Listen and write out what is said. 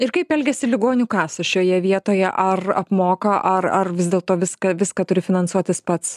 ir kaip elgiasi ligonių kasos šioje vietoje ar apmoka ar ar vis dėlto viską viską turi finansuotis pats